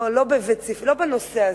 לא בנושא הזה,